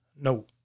No